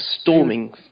storming